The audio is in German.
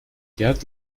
gerd